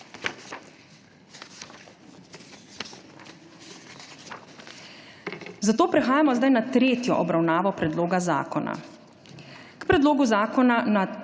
Zato prehajamo zdaj na tretjo obravnavo predloga zakona. K predlogu zakona za tretjo obravnavo ni bilo